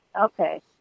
Okay